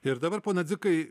ir dabar pone dzikai